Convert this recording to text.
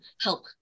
help